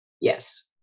Yes